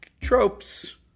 tropes